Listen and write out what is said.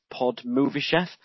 PodMovieChef